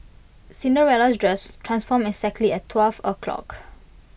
Cinderella's dress transformed exactly at twelve o'clock